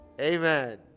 Amen